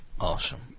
awesome